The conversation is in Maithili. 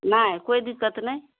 नहि कोइ दिक्कत नहि